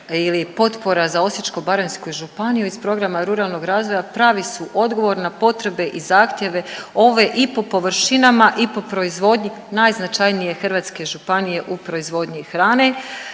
ili potpora za Osječko-baranjsku županiju iz programa ruralnog razvoja pravi su odgovor na potrebe i zahtjeve ove i po površinama i po proizvodnji najznačajnije hrvatske županije u proizvodnji hrane.